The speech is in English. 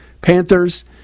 Panthers